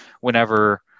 whenever